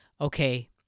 okay